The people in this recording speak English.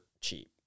cheap